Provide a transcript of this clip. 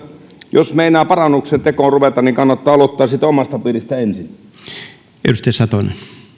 jos meinaa parannuksen tekoon ruveta niin kannattaa aloittaa siitä omasta piiristä ensin